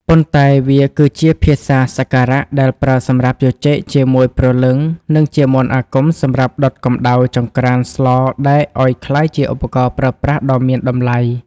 ប៉ុន្តែវាគឺជាភាសាសក្ការៈដែលប្រើសម្រាប់ជជែកជាមួយព្រលឹង និងជាមន្តអាគមសម្រាប់ដុតកម្ដៅចង្រ្កានស្លដែកឲ្យក្លាយជាឧបករណ៍ប្រើប្រាស់ដ៏មានតម្លៃ។